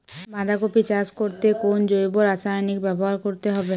বাঁধাকপি চাষ করতে কোন জৈব রাসায়নিক ব্যবহার করতে হবে?